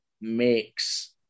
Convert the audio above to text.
makes